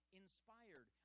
inspired